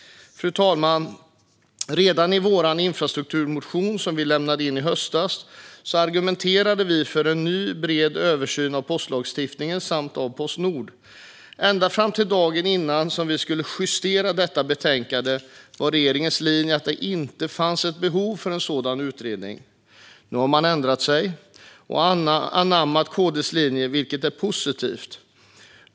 Fru talman! Redan i vår infrastrukturmotion, som vi lämnade in i höstas, argumenterade vi för en ny bred översyn av postlagstiftningen och av Postnord. Ända fram till dagen innan vi skulle justera detta betänkande var regeringens linje att det inte fanns något behov av en sådan utredning. Nu har man ändrat sig och anammat KD:s linje, vilket är positivt.